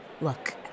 Look